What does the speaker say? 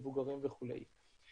מבוגרים וכולי.